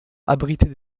abrite